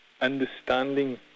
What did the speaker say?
understanding